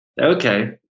okay